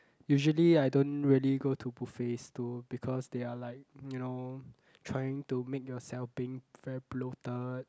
usually I don't really go to buffets too because they are like you know trying to make yourself being very bloated